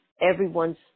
everyone's